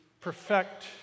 perfect